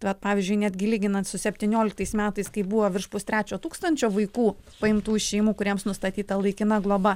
bet pavyzdžiui netgi lyginant su septynioliktais metais kai buvo virš pustrečio tūkstančio vaikų paimtų iš šeimų kuriems nustatyta laikina globa